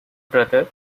brother